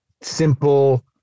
simple